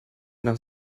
nach